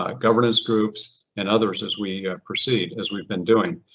ah governance groups and others as we proceed as we've been doing.